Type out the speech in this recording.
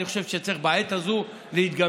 אני חושב שצריך בעת הזאת להתגמש,